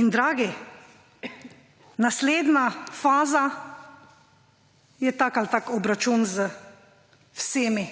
In dragi, naslednja faza je tako ali tako obračun z vsemi,